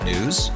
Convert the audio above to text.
News